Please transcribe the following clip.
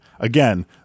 Again